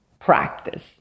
practice